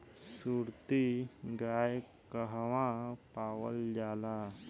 सुरती गाय कहवा पावल जाला?